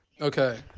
Okay